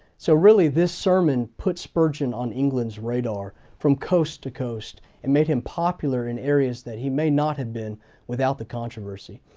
so really this sermon put spurgeon on england's radar from coast to coast and made him popular in areas that he may not have been without the controversy.